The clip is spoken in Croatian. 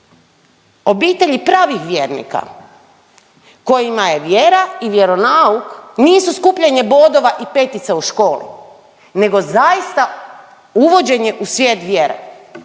obitelji pravih vjernika kojima je vjera i vjeronauk nisu skupljanje bodova i petica u školi nego zaista uvođenje u svijet vjere